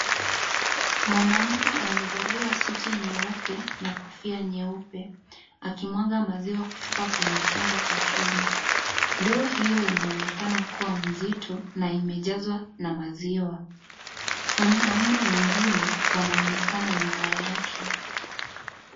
Mwanaume amevalia suti nyeupe na kofia nyeupe akimwaga maziwa kutoka kwenye chombo cha chuma . Ndoo hiyo inaonekana kuwa mzito na imejazwa na maziwa . Wanaume wengine wanaonekana nyuma yake .